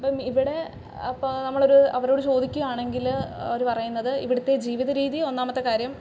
അപ്പം ഇവിടെ അപ്പോൾ നമ്മൾ ഒരു അവരോട് ചോദിക്കുകയാണെങ്കിൽ അവർ പറയുന്നത് ഇവിടുത്തെ ജീവിത രീതി ഒന്നാമത്തെ കാര്യം